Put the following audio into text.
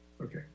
okay